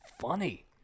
funny